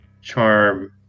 charm